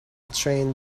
train